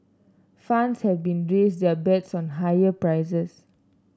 funds have been raised their bets on higher prices